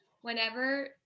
whenever